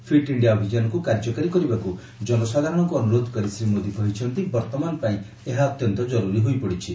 Fit India ଅଭିଯାନକୁ କାର୍ଯ୍ୟକାରୀ କରିବାକୁ ଜନସାଧାରଣଙ୍କୁ ଅନୁରୋଧ କରି ଶ୍ରୀ ମୋଦି କହିଛନ୍ତି ବର୍ଉମାନ ପାଇଁ ଏହା ଅତ୍ୟନ୍ତ ଜରୁରୀ ହୋଇପଡିଛି